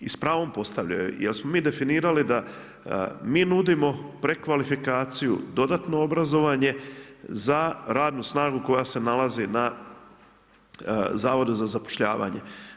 I s pravom postavljaju jer smo mi definirali da mi nudimo prekvalifikaciju, dodatno obrazovanje za radnu snagu koja se nalazi na zavodu za zapošljavanje.